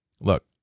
Look